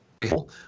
people